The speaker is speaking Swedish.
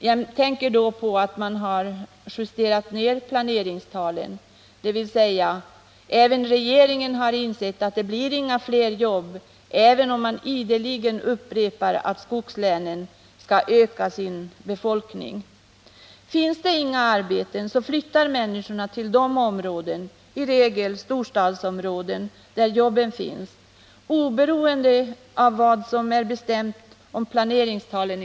Jag tänker då på att man har justerat ner planeringstalen, dvs. även regeringen har insett att det blir inga fler jobb även om man ideligen upprepar att skogslänen skall öka sin befolkning. Finns det inga arbeten, flyttar människorna till de områden, i regel storstadsområdena, där jobben finns. De gör det oberoende av vad vi här i kammaren har bestämt om planeringstalen.